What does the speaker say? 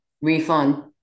Refund